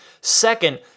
Second